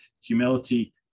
humility